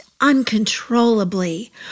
uncontrollably